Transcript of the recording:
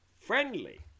friendly